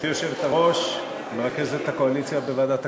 גברתי היושבת-ראש, מרכזת הקואליציה בוועדת הכספים,